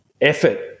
effort